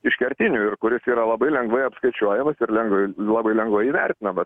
iš kertinių ir kuris yra labai lengvai apskaičiuojamas ir lengvai labai lengvai įvertinamas